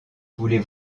voulez